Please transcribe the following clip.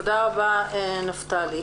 תודה רבה נפתלי.